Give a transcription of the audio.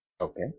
okay